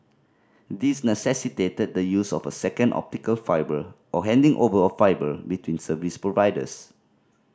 these necessitated the use of a second optical fibre or handing over of fibre between service providers